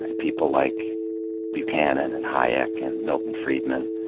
and people like buchanan and hayek and milton friedman